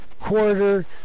quarter